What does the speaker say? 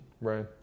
right